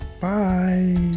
bye